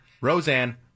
Roseanne